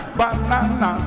banana